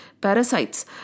Parasites